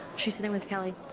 she's sitting with kelly.